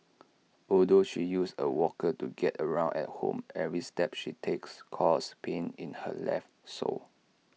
although she uses A walker to get around at home every step she takes causes pain in her left sole